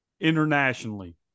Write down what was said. internationally